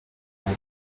meno